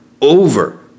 over